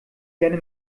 gerne